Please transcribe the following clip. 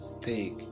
take